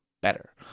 better